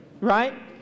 Right